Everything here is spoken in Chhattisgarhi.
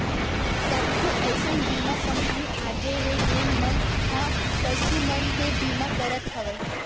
कतको अइसन बीमा कंपनी आगे हे जेन मन ह पसु मन के बीमा करत हवय